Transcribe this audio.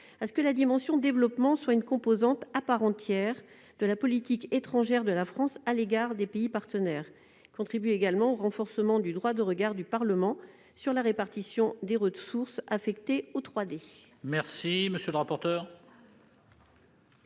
à ce que la dimension « développement » soit une composante à part entière de la politique étrangère de la France à l'égard des pays partenaires. Il s'agit également de contribuer au renforcement du droit de regard du Parlement sur la répartition des ressources affectées aux 3 D. Quel est l'avis de